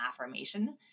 affirmation